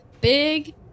big